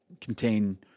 contain